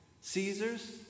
Caesar's